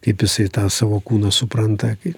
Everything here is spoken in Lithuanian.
kaip jisai tą savo kūną supranta kai